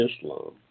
Islam